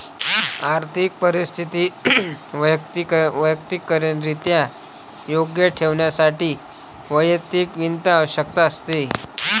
आर्थिक परिस्थिती वैयक्तिकरित्या योग्य ठेवण्यासाठी वैयक्तिक वित्त आवश्यक आहे